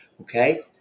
Okay